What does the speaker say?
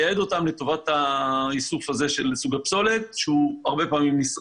לייעד אותן לטובת האיסוף הזה של סוג הפסולת שהוא הרבה פעמים נשרף.